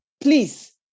please